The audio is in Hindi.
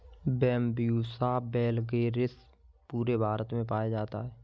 बैम्ब्यूसा वैलगेरिस पूरे भारत में पाया जाता है